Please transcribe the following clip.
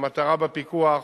המטרה בפיקוח